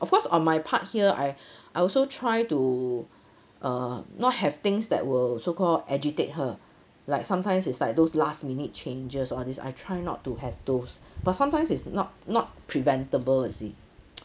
of course on my part here I I also try to err not have things that will so call agitate her like sometimes it's like those last minute changes all this I try not to have those but sometimes it's not not preventable you see